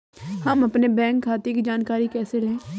हम अपने बैंक खाते की जानकारी कैसे लें?